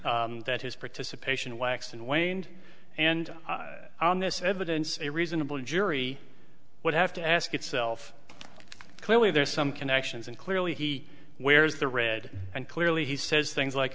that his participation waxed and waned and on this evidence a reasonable jury would have to ask itself clearly there are some connections and clearly he wears the red and clearly he says things like